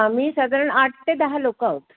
आम्ही साधारण आठ ते दहा लोक आहोत